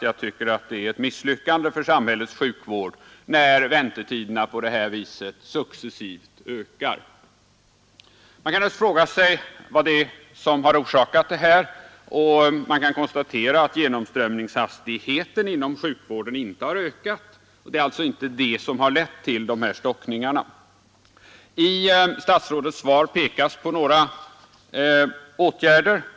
Jag tycker att det är ett misslyckande för samhällets sjukvård när väntetiderna på det här viset successivt ökar. Nr 6 Naturligtvis kan man fråga sig vad det är som har orsakat det här. Man Torsdagen den kan konstatera att genomströmningshastigheten inom sjukvården inte har 18 januari 1973 ökat, och det är alltså inte den som har lett till de här stockningarna. I statsrådets svar pekas på några åtgärder.